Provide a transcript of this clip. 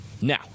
Now